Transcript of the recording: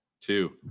two